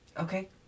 Okay